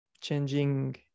changing